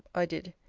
i did.